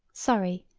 surrey,